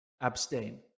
abstain